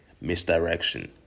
misdirection